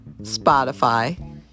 Spotify